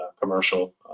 commercial